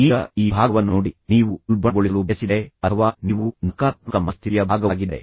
ಈಗ ಈ ಭಾಗವನ್ನು ನೋಡಿ ನೀವು ಉಲ್ಬಣಗೊಳಿಸಲು ಬಯಸಿದರೆ ಅಥವಾ ನೀವು ನಕಾರಾತ್ಮಕ ಮನಸ್ಥಿತಿಯ ಭಾಗವಾಗಿದ್ದರೆ